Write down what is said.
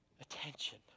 attention